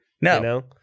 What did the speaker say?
No